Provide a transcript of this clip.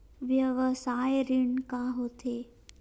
व्यवसाय ऋण का होथे?